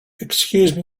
excuse